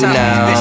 now